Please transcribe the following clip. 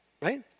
right